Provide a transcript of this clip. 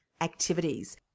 activities